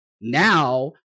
Now